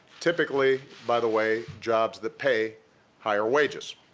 typically, by the way, jobs that pay higher wages,